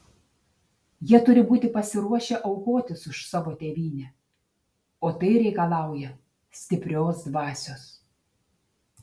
jie turi būti pasiruošę aukotis už savo tėvynę o tai reikalauja stiprios dvasios